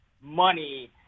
money